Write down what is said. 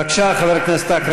בבקשה, חבר הכנסת אכרם חסון.